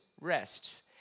Rests